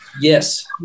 Yes